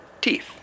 teeth